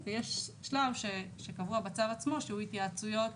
ויש שלב שקבוע בצו עצמו, שהוא התייעצויות